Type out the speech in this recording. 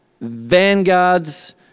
vanguards